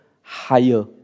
higher